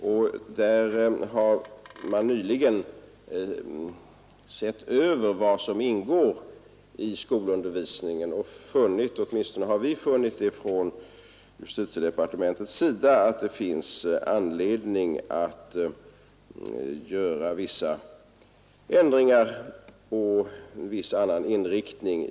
Man har nyligen sett över vad som ingår i den skolundervisningen, och från justitiedepartementets sida har vi funnit att det finns anledning att göra vissa ändringar och ge den undervisningen en annan inriktning.